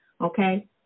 Okay